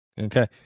Okay